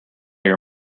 your